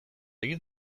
egin